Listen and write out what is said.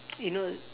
you know